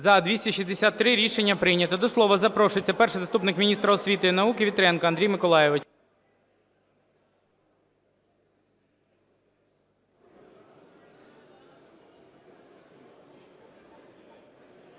За-263 Рішення прийнято. До слова запрошується перший заступник міністра освіти й науки Вітренко Андрій Олександрович.